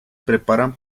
preparan